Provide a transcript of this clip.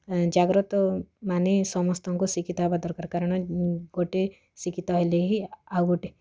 ଜାଗ୍ରତ ମାନେ ସମସ୍ତଙ୍କୁ ଶିକ୍ଷିତ ହେବା ଦରକାର କାରଣ ଗୋଟେ ଶିକ୍ଷିତ ହେଲେ ହିଁ